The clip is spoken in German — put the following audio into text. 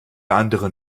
anderen